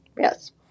Yes